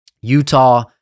Utah